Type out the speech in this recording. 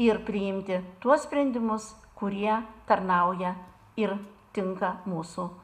ir priimti tuos sprendimus kurie tarnauja ir tinka mūsų